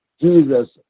Jesus